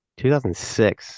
2006